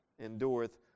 Endureth